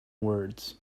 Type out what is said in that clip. words